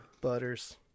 Butters